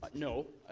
no.